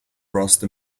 rusty